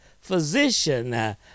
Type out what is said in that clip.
physician